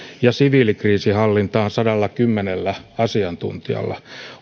ja siviilikriisinhallintaan sadallakymmenellä asiantuntijalla